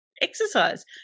exercise